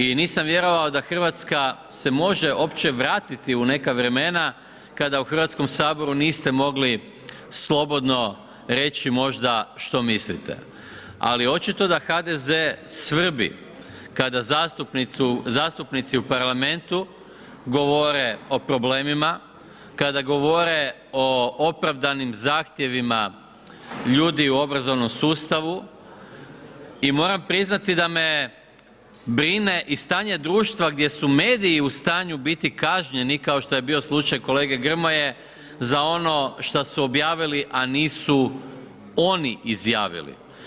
I nisam vjerovao da Hrvatska se može uopće vratiti u neka vremena kada u Hrvatskom saboru niste mogli slobodno reći možda što mislite, ali očito da HDZ svrbi kada zastupnici u parlamentu govore o problemima, kada govore o opravdanim zahtjevima ljudi u obrazovnom sustavu i moram priznati da me brine i stanje društva gdje su mediji u stanju biti kažnjeni, kao što je bio slučaj kolege Grmoje za ono što su objavili, a nisu oni izjavili.